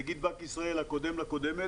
נגיד בנק ישראל הקודם לקודמת,